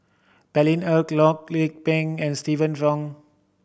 Paine Eric Loh Lik Peng and Stephanie Wong